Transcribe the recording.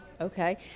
Okay